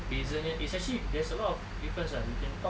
bezanya it's actually there's a lot of difference ah you can talk